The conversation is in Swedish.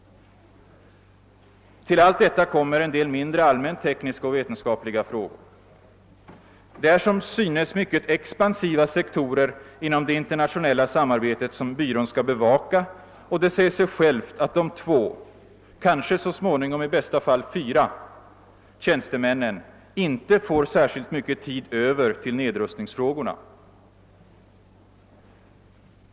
Till allt detta kommer en del mindre, allmänt tekniska och vetenskapliga frågor. Det är som synes mycket expansiva sektorer inom det internationella samarbetet som byrån skall bevaka, och det säger sig självt att de två — kanske så småningom 1 bästa fall fyra — tjänstemännen inte får särskilt mycket tid över till nedrustningsfrågorna.